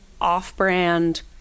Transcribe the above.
off-brand